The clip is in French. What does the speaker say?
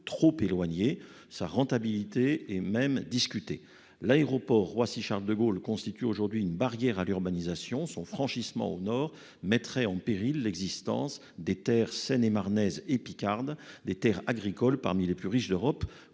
trop éloigné, sa rentabilité et même discuté l'aéroport Roissy Charles de Gaulle constitue aujourd'hui une barrière à l'urbanisation son franchissement au nord, mettrait en péril l'existence des Terres seine et marnaise et picarde des Terres agricoles parmi les plus riches d'Europe,